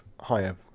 higher